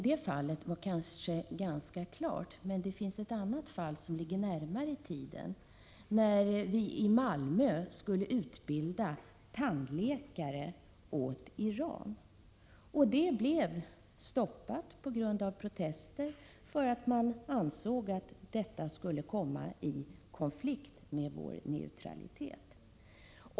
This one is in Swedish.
Det fallet var kanske ganska klart, men jag kan också peka på ett fall som ligger närmare i tiden, nämligen när vii Malmö skulle utbilda tandläkare åt Iran. Den verksamheten föranledde protester och stoppades därför att man ansåg att den skulle komma i konflikt med vår neutralitet.